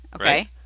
Okay